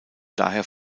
daher